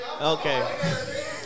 Okay